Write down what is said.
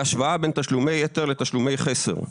והשוואה בין תשלומי יתר לבין תשלומי חסר.